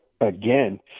Again